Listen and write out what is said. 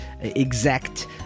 exact